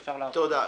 תודה.